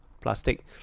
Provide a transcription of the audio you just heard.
plastic